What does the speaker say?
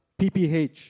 PPH